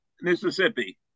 Mississippi